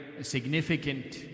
significant